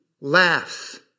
laughs